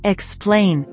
Explain